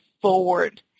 forward